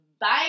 Bye